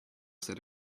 said